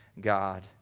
God